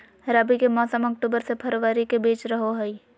रबी के मौसम अक्टूबर से फरवरी के बीच रहो हइ